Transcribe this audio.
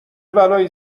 بلایی